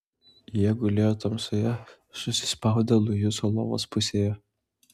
jie gulėjo tamsoje susispaudę luiso lovos pusėje